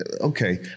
Okay